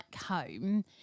home